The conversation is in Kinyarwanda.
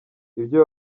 ibyo